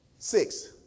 six